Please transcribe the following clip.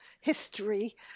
history